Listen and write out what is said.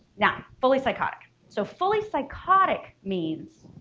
now fully psychotic so fully psychotic means